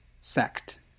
sect